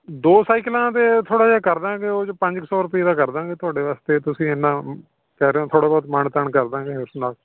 ਦੋ ਸਾਈਕਲਾਂ 'ਤੇ ਥੋੜ੍ਹਾ ਜਿਹਾ ਕਰ ਦਾਂਗੇ ਉਹ 'ਚ ਪੰਜ ਕੁ ਸੌ ਰੁਪਈਏ ਦਾ ਕਰ ਦਾਂਗੇ ਤੁਹਾਡੇ ਵਾਸਤੇ ਤੁਸੀਂ ਇੰਨਾਂ ਕਹਿ ਰਹੇ ਹੋ ਥੋੜ੍ਹਾ ਬਹੁਤ ਮਾਣ ਤਾਣ ਕਰ ਦਾਂਗੇ ਉਸ ਨਾਲ